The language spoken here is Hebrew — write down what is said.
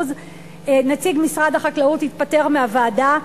נציג משרד החקלאות התפטר מהוועדה,